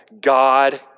God